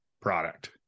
product